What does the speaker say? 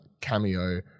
cameo